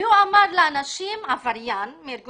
והוא אמר לאנשים מה להצביע.